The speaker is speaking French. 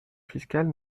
fiscale